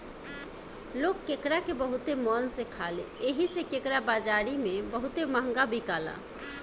लोग केकड़ा के बहुते मन से खाले एही से केकड़ा बाजारी में बहुते महंगा बिकाला